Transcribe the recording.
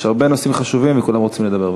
יש הרבה נושאים חשובים וכולם רוצים לדבר.